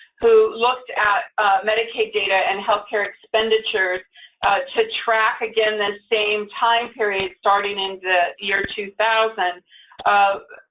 who looked at medicaid data and healthcare expenditure to track, again, the same time period starting in the year two thousand of